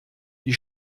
die